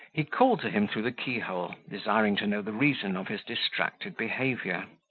he called to him through the keyhole, desiring to know the reason of his distracted behaviour.